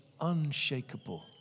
unshakable